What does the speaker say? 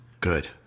Good